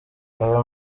aya